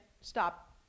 stop